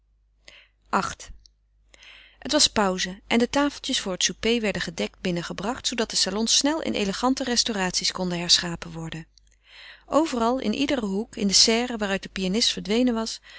viii het was pauze en de tafeltjes voor het souper werden gedekt binnengebracht zoodat de salons snel in elegante restauraties konden herschapen worden overal in iederen hoek in de serre waaruit de pianist verdwenen was